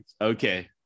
Okay